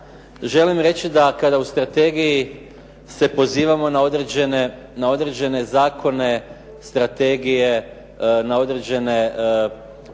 želim reći da kada u strategiji se pozivamo na određene zakone strategije na određene akte